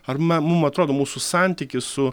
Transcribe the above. ar mum atrodo mūsų santykis su